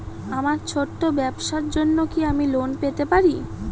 আমার ছোট্ট ব্যাবসার জন্য কি আমি লোন পেতে পারি?